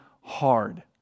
hard